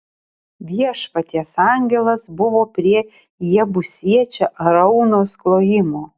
viešpaties angelas buvo prie jebusiečio araunos klojimo